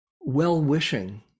well-wishing